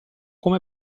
come